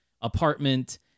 apartment